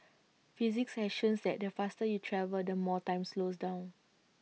physics has shows that the faster you travel the more time slows down